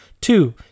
Two